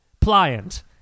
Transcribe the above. pliant